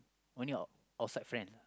only out~ outside friend ah